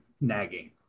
Nagging